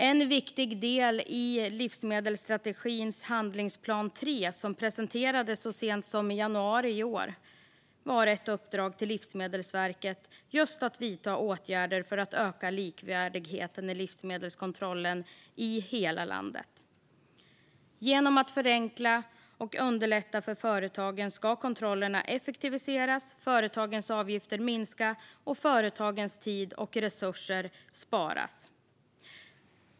En viktig del i livsmedelsstrategins handlingsplan del 3, som presenterades så sent som i januari i år, var just ett uppdrag till Livsmedelsverket att vidta åtgärder för att öka likvärdigheten i livsmedelskontrollen i hela landet. Genom att förenkla och underlätta för företagen ska kontrollerna effektiviseras, företagens avgifter minska och företagens tid och resurser sparas.